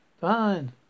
Fine